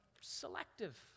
selective